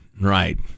right